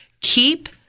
keep